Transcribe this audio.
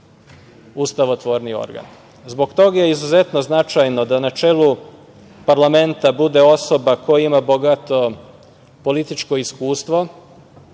ustavotvorni organ. Zbog toga je izuzetno značajno da na čelu parlamenta bude osoba koja ima bogato političko iskustvo,